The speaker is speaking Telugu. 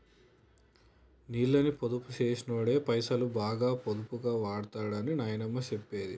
నీళ్ళని పొదుపు చేసినోడే పైసలు పొదుపుగా వాడుతడని నాయనమ్మ చెప్పేది